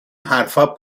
حرفها